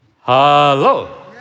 Hello